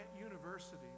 university